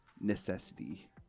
necessity